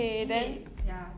eh wait ya